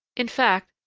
in fact,